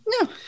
No